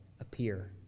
appear